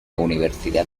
universidad